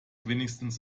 wenigstens